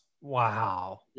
Wow